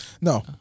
No